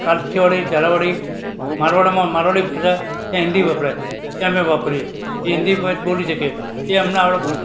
કાઠિયાવાડી ઝાલાવાડી મારવાડમાં મારવાડી ભાષા ત્યાં હિન્દી વપરાય ત્યાં અમે વાપરીએ એ હિન્દી બોલી શકીએ એ અમને આવડે બોલતા